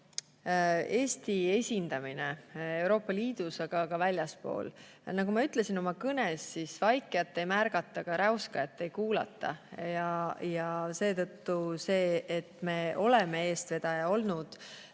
Eesti esindamine Euroopa Liidus, aga ka väljaspool. Nagu ma ütlesin oma kõnes: vaikijat ei märgata, räuskajat ei kuulata. Seetõttu see, et me oleme eestvedaja olnud